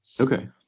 okay